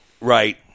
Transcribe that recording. Right